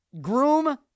Groom